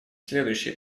следующие